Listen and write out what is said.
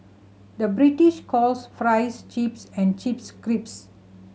the British calls fries chips and chips crisps